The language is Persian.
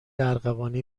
ارغوانی